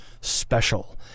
special